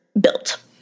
built